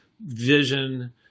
vision